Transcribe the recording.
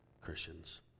Christians